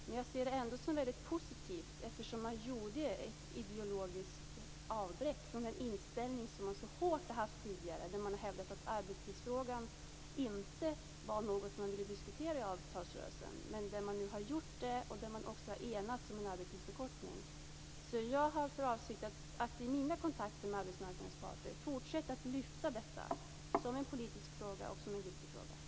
Men jag ser det ändå som mycket positivt eftersom man gjorde ett ideologiskt avbräck från den inställning som man hårt har hållit fast tidigare och då man har hävdat att arbetstidsfrågan inte var något som man ville diskutera i avtalsrörelsen. Men nu har man gjort det och också enats om en arbetstidsförkortning. Jag har därför för avsikt att vid mina kontakter med arbetsmarknadens parter fortsätta att lyfta fram detta som en politisk fråga och som en viktig fråga.